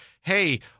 hey